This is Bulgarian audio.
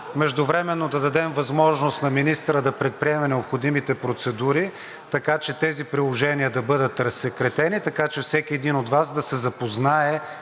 Междувременно да дадем възможност на министъра да предприеме необходимите процедури, така че тези приложения да бъдат разсекретени, така че всеки един от Вас да се запознае